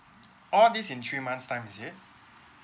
all these in three months time is it